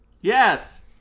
Yes